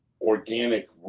organic